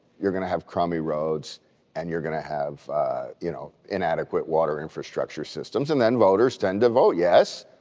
you're going to have crummy roads and you're going to have you know inadequate water infrastructure systems. and then voters tend to vote yes.